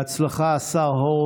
(חותם על ההצהרה) בהצלחה, השר הורוביץ.